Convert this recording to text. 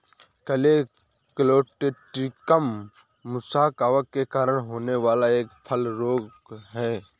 colletotrichum musa कवक के कारण होने वाला एक फल रोग है